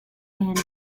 and